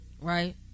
Right